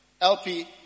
LP